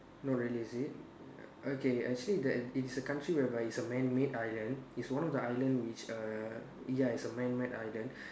not really is it okay actually that is it is a country whereby is a man made island is one of the island which err ya is a man made island